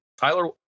Tyler